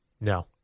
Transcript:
No